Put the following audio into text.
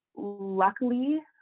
Luckily